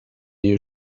you